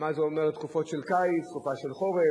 מה זה אומר לתקופות של קיץ, תקופה של חורף?